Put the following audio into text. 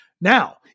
Now